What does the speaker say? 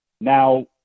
now